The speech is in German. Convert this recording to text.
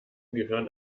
gehören